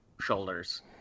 shoulders